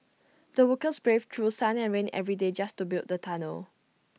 the workers braved through sun and rain every day just to build the tunnel